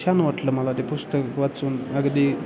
छान वाटलं मला ते पुस्तक वाचून अगदी